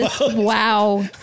Wow